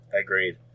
Agreed